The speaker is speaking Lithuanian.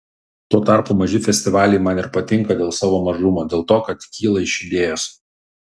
tuo tarpu maži festivaliai man ir patinka dėl savo mažumo dėl to kad kyla iš idėjos